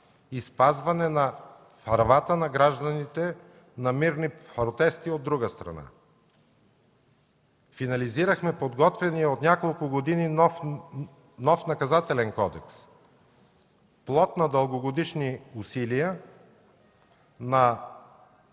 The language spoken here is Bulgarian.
и спазване на правата на гражданите на мирни протести, от друга страна. Финализирахме подготвения от няколко години нов Наказателен кодекс – плод на дългогодишни усилия на